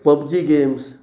PUBG games